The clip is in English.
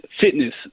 fitness